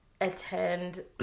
attend